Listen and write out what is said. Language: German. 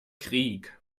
krieg